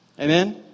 Amen